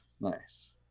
nice